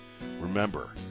Remember